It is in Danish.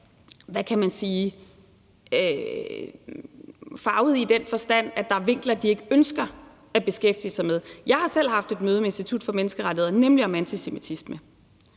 hvad kan man sige – farvede i den forstand, at der er vinkler, de ikke ønsker at beskæftige sig med. Jeg har selv haft et møde med Institut for Menneskerettigheder om netop antisemitisme